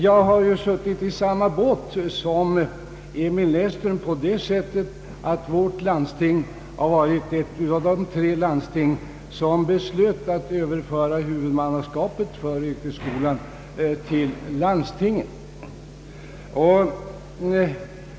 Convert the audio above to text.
Jag har suttit i samma båt som herr Emil Näsström på det sättet att vårt landsting var ett av de tre landsting som beslöt att överföra huvudmannaskapet för yrkesskolan till landstinget.